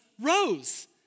rose